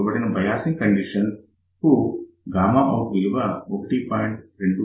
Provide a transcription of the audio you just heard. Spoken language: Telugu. ఇవ్వబడిన బయాసింగ్ కండిషన్ కు out విలువ 1